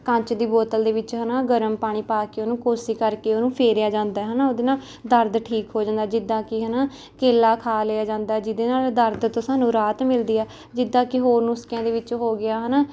ਕੱਚ ਦੀ ਬੋਤਲ ਦੇ ਵਿੱਚ ਹੈ ਨਾ ਗਰਮ ਪਾਣੀ ਪਾ ਕੇ ਉਹਨੂੰ ਕੋਸੀ ਕਰਕੇ ਉਹਨੂੰ ਫੇਰਿਆ ਜਾਂਦਾ ਹੈ ਨਾ ਉਹਦੇ ਨਾਲ ਦਰਦ ਠੀਕ ਹੋ ਜਾਂਦਾ ਜਿੱਦਾਂ ਕਿ ਹੈ ਨਾ ਕੇਲਾ ਖਾ ਲਿਆ ਜਾਂਦਾ ਜਿਸਦੇ ਨਾਲ ਦਰਦ ਤੋਂ ਸਾਨੂੰ ਰਾਹਤ ਮਿਲਦੀ ਹੈ ਜਿੱਦਾਂ ਕਿ ਹੋਰ ਨੁਸਖਿਆਂ ਦੇ ਵਿੱਚ ਹੋ ਗਿਆ ਹੈ ਨਾ